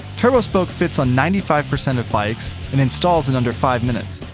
turbospoke fits on ninety five percent of bikes and installs in under five minutes.